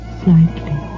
slightly